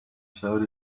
showed